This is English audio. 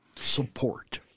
support